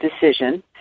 decision